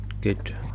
good